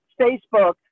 Facebook